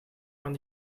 van